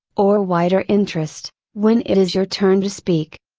or wider interest, when it is your turn to speak.